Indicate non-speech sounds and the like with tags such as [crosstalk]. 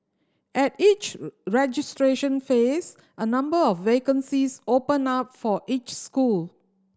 at each [unintelligible] registration phase a number of vacancies open up for each school